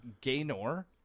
gaynor